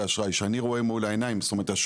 אשראי שאני רואה מול העיניים זאת אומרת,